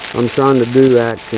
and so and to do that